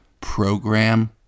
Program